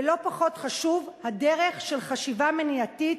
ולא פחות חשובה הדרך של חשיבה מניעתית,